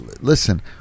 Listen